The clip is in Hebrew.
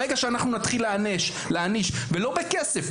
ברגע שנתחיל להעניש לא בכסף,